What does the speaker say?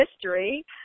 history